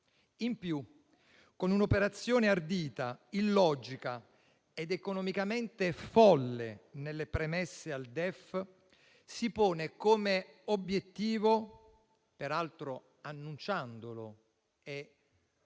In più, con un'operazione ardita, illogica ed economicamente folle, nelle premesse al DEF si pone come obiettivo - peraltro annunciando e